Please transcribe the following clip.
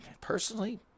personally